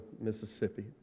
Mississippi